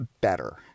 better